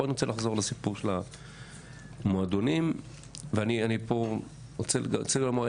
פה אני רוצה לחזור לסיפור של המועדונים ואני פה רוצה לומר,